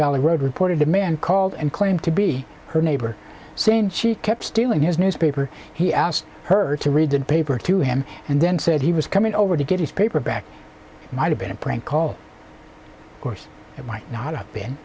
valley road reported a man called and claimed to be her neighbor saying she kept stealing his newspaper he asked her to read the paper to him and then said he was coming over to get his paper back might have been a prank call course it might not have been